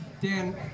Dan